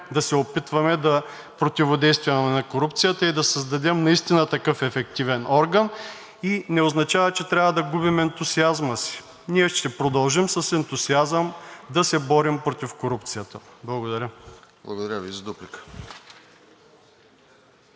да се опитваме да противодействаме на корупцията и да създадем такъв ефективен орган, и не означава, че трябва да губим ентусиазма си. Ние ще продължим с ентусиазъм да се борим против корупцията. Благодаря. ПРЕДСЕДАТЕЛ РОСЕН